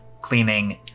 cleaning